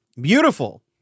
Beautiful